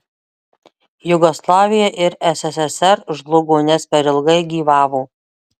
jugoslavija ir sssr žlugo nes per ilgai gyvavo